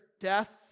death